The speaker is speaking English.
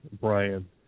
brian